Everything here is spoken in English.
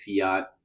fiat